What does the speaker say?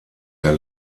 der